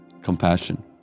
compassion